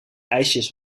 ijsjes